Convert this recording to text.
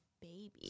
baby